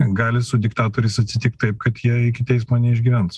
gali su diktatoriais atsitikt taip kad jie iki teismo neišgyvens